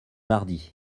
mardi